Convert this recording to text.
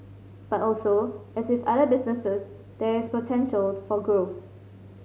but also as with other businesses there is potential for growth